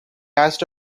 asked